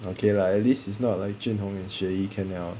okay lah at least it's not like jun hong and xue yi can liao